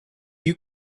you